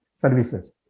services